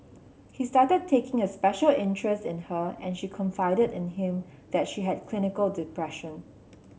he started taking a special interest in her and she confided in him that she had clinical depression